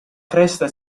cresta